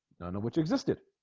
no no which existed